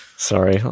Sorry